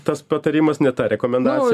tas patarimas ne tą rekomendacija